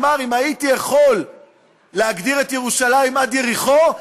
הוא אמר: אם הייתי יכול להגדיר את ירושלים עד יריחו,